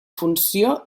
funció